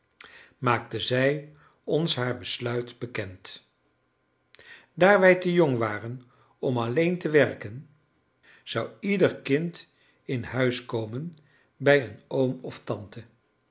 maakte zij ons haar besluit bekend daar wij te jong waren om alleen te werken zou ieder kind in huis komen bij een oom of tante